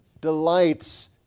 delights